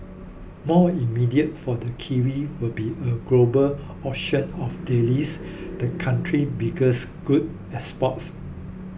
more immediate for the kiwi will be a global auction of dairies the country's biggest goods exports